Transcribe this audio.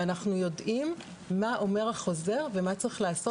ואנחנו יודעים מה אומר החוזר ומה צריך לעשות שם.